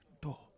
door